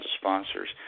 sponsors